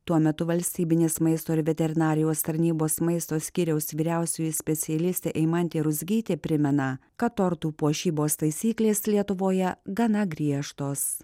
tuo metu valstybinės maisto ir veterinarijos tarnybos maisto skyriaus vyriausioji specialistė eimantė ruzgytė primena kad tortų puošybos taisyklės lietuvoje gana griežtos